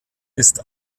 ist